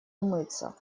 умыться